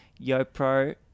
Yopro